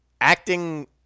Acting